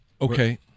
Okay